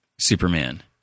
Superman